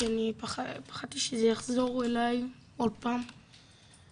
כי אני פחדתי שזה יחזור אליי עוד פעם,